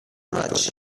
much